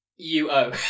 U-O